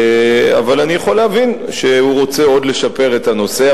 אבל אני יכול להבין שהוא רוצה עוד לשפר את הנושא.